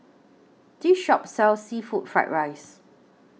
This Shop sells Seafood Fried Rice